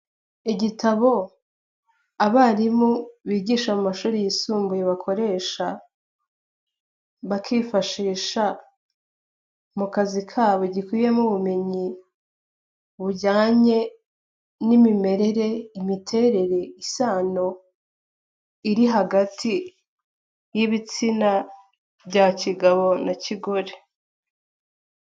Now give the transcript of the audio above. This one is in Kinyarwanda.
Igitabo abarimu bigisha mu mashuri yisumbuye bakoresha, bakifashisha mu kazi kabo gikubiyemo ubumenyi bujyanye n'imimerere, imiterere, isano iri hagati y'ibitsina bya kigabo na kigore.